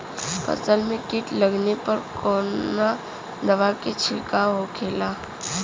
फसल में कीट लगने पर कौन दवा के छिड़काव होखेला?